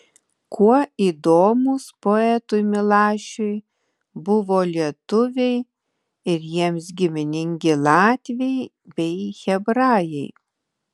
kuo įdomūs poetui milašiui buvo lietuviai ir jiems giminingi latviai bei hebrajai